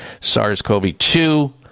SARS-CoV-2